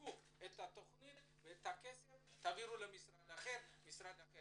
תיקחו את התכנית ותעבירו את הכסף למשרד אחר שיבצע.